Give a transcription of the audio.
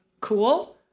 cool